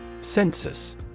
Census